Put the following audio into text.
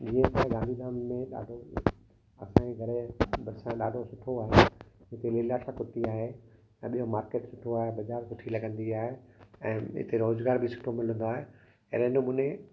जीअं असांजे गांधीधाम में ॾाढो असांजे घर जे भरसां ॾाढो सुठो आहे हिते लीलाशाह कुटिया आहे ऐं ॿियो मार्केट सुठो आहे बज़ारु सुठी लॻंदी आहे ऐं हिते रोज़गारु बि सुठो मिलंदो आहे अहिड़े नमूने